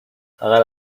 فقط